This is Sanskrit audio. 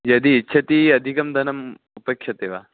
यदि इच्छति अधिकं धनम् उपेक्षते वा